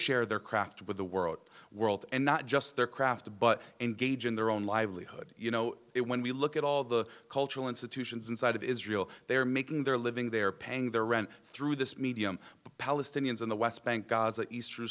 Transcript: share their craft with the world world and not just their craft but engage in their own livelihood you know it when we look at all the cultural institutions inside of israel they're making their living they're paying their rent through this medium the palestinians in the west bank g